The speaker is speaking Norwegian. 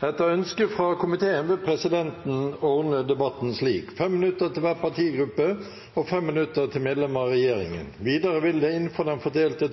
Etter ønske fra transport- og kommunikasjonskomiteen vil presidenten ordne debatten slik: 3 minutter til hver partigruppe og 3 minutter til medlemmer av regjeringen. Videre vil det – innenfor den fordelte